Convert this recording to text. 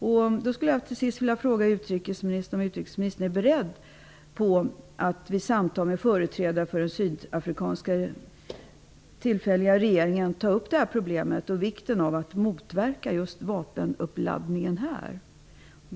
Jag skulle till sist vilja fråga om utrikesministern är beredd att vid samtal med företrädare för den tillfälliga sydafrikanska regeringen ta upp det här problemet och vikten av att motverka just vapenuppladdningen.